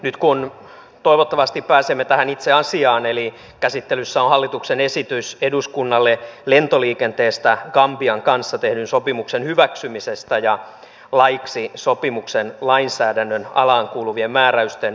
nyt toivottavasti pääsemme tähän itse asiaan eli käsittelyssä on hallituksen esitys eduskunnalle lentoliikenteestä gambian kanssa tehdyn sopimuksen hyväksymisestä ja laiksi sopimuksen lainsäädännön alaan kuuluvien määräysten voimaansaattamisesta